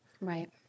right